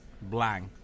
blank